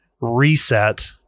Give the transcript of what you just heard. reset